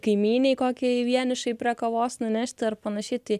kaimynei kokiai vienišai prie kavos nunešti ar panašiai tai